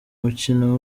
umukino